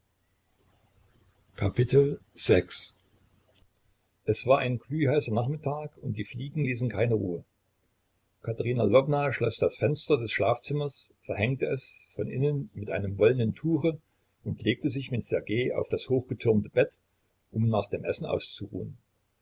es war ein glühheißer nachmittag und die fliegen ließen keine ruhe katerina lwowna schloß die fenster des schlafzimmers verhängte es von innen mit einem wollenen tuche und legte sich mit ssergej auf das hochgetürmte bett um nach dem essen auszuruhen